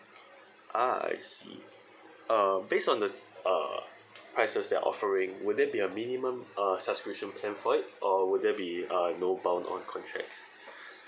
ah I see uh based on the uh prices that you're offering would that be a minimum uh subscription plan for it or would that a no bound on contracts